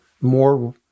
more